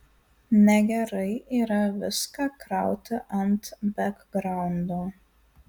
negerai yra viską krauti ant bekgraundo